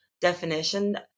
definition